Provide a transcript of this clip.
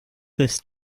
this